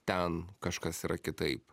ten kažkas yra kitaip